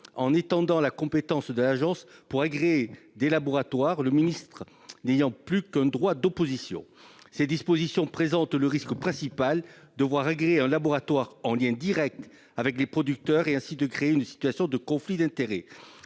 en étendant la compétence de l'agence pour agréer des laboratoires, le ministre n'ayant plus qu'un droit d'opposition. Ces dispositions présentent le risque principal de voir agréer un laboratoire en lien direct avec les producteurs et de créer ainsi une situation de conflit d'intérêts.